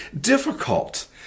difficult